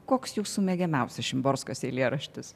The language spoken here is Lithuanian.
koks jūsų mėgiamiausias šimborskos eilėraštis